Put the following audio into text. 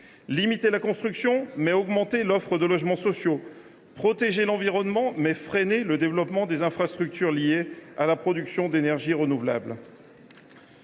limiter la construction, mais d’augmenter l’offre de logements sociaux ; de protéger l’environnement, mais de freiner le développement des infrastructures liées à la production d’énergies renouvelables.